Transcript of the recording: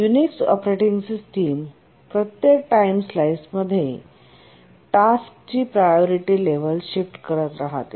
Unix operating system प्रत्येक time स्लाइसमध्ये टास्कची प्रायोरिटी लेवल शिफ्ट करत राहते